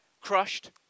crushed